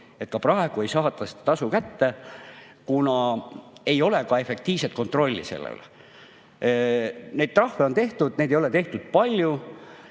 ka praegu ei saada tasu kätte, kuna ei ole efektiivset kontrolli selle üle. Trahve on tehtud, neid ei ole tehtud palju.